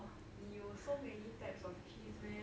你有 so many types of cheese meh